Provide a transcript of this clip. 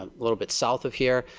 a little bit south of here.